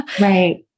right